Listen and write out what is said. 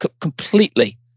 Completely